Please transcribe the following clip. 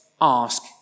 ask